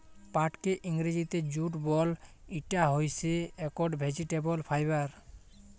পাটকে ইংরজিতে জুট বল, ইটা হইসে একট ভেজিটেবল ফাইবার